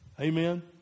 Amen